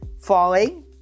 Falling